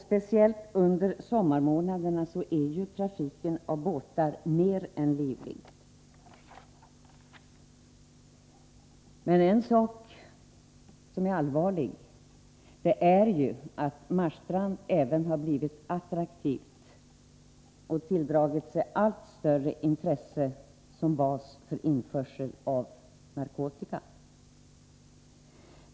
Speciellt under sommarmånaderna är båttrafiken mer än livlig. Det allvarliga är att Marstrand har blivit attraktivt och tilldrar sig ett allt större intresse som bas för införsel av narkotika.